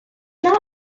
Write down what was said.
not